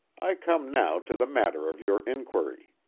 i come now to the matter of your inquiry.